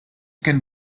can